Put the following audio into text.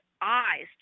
eyes